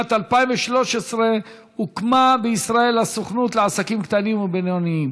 בשנת 2013 הוקמה בישראל הסוכנות לעסקים קטנים ובינוניים,